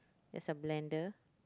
there's a blender